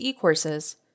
courses